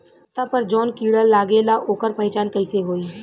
पत्ता पर जौन कीड़ा लागेला ओकर पहचान कैसे होई?